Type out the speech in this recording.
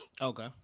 okay